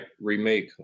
remake